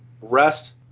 rest